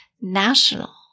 national